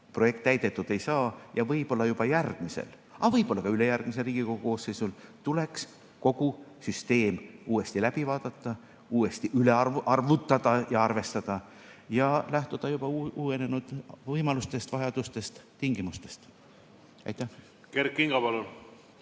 projekt täidetud ei saa ja võib-olla juba järgmisel, aga võib-olla ka ülejärgmisel Riigikogu koosseisul tuleks kogu süsteem uuesti läbi vaadata, uuesti üle arvutada ja arvestada ning lähtuda juba uuenenud võimalustest, vajadustest ja tingimustest. Komisjonis oli